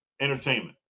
entertainment